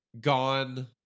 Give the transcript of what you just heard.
gone